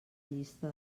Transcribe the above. llista